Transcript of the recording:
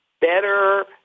better